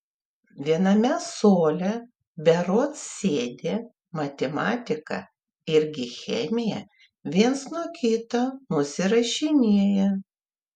viename suole berods sėdi matematiką irgi chemiją viens nuo kito nusirašinėja